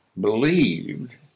believed